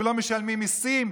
ולא משלמים מיסים?